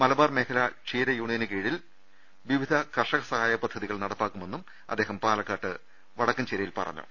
മലബാർ മേഖലാ ക്ഷീര യൂണി യന് കീഴിൽ വിവിധ കർഷക സഹായ പൃദ്ധതികൾ നടപ്പാ ക്കുമെന്നും അദ്ദേഹം പാലക്കാട് വടക്കഞ്ചേരിയിൽ പറ ഞ്ഞു